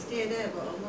so long ah